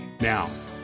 Now